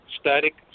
Static